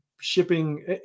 shipping